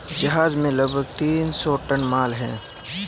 जहाज में लगभग तीन सौ टन माल है